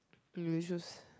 unusuals